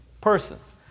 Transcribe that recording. persons